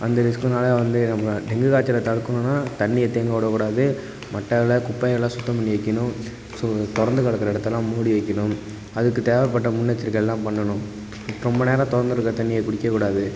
அந்த ரிஸ்க்கினால வந்து நம்ம டெங்கு காய்ச்சலை தடுக்கணும்ன்னா தண்ணியை தேங்க விடக்கூடாது மட்டை இலை குப்பை எல்லாம் சுத்தம் பண்ணி வைக்கணும் சு திறந்து கடக்கிற இடத்தலாம் மூடி வைக்கணும் அதுக்கு தேவப்பட்ட முன்னெச்சரிக்கை எல்லாம் பண்ணணும் ரொம்ப நேரம் திறந்துருக்குற தண்ணியை குடிக்க கூடாது